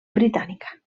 britànica